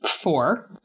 four